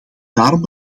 daarom